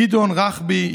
גדעון רכבי,